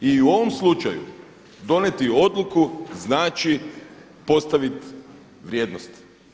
I u ovom slučaju donijeti odluku znači postavit vrijednost.